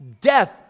death